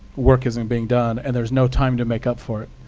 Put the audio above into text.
work isn't being done. and there is no time to make up for it.